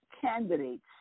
candidates